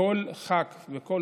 כל חבר כנסת,